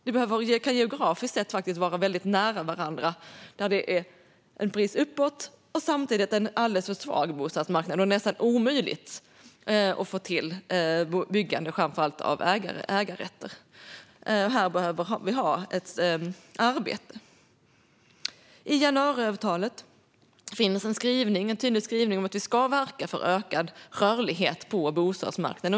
Det kan geografiskt sett vara väldigt nära mellan en brist uppåt och en alldeles för svag bostadsmarknad där det nästan är omöjligt att få till byggande av framför allt ägarrätter. Här behöver vi ha ett arbete. I januariavtalet finns en tydlig skrivning om att vi ska verka för ökad rörlighet på bostadsmarknaden.